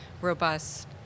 robust